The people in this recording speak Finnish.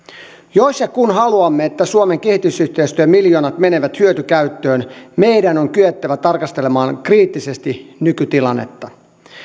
jos ja kun haluamme että suomen kehitysyhteistyömiljoonat menevät hyötykäyttöön meidän on kyettävä tarkastelemaan kriittisesti nykytilannetta